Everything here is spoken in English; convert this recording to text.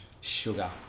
sugar